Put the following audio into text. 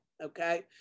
okay